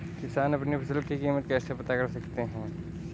किसान अपनी फसल की कीमत कैसे पता कर सकते हैं?